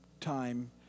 time